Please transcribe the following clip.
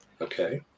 Okay